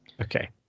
Okay